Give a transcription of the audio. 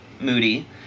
moody